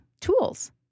tools